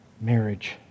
marriage